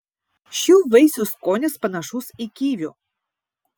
šių vaisių skonis panašus į kivių